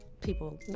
people